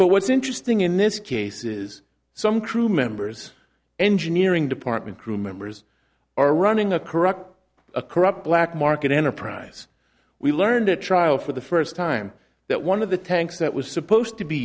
but what's interesting in this case is some crew members engineering department crew members are running a corrupt a corrupt black market enterprise we learned at trial for the first time that one of the tanks that was supposed to be